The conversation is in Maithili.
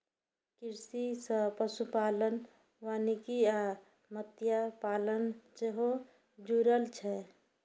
कृषि सं पशुपालन, वानिकी आ मत्स्यपालन सेहो जुड़ल छै